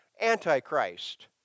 Antichrist